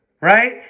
right